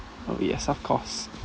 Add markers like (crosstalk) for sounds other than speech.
oh yes of course (laughs)